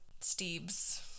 steve's